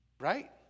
Right